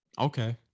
Okay